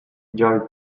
george